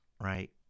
right